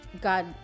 God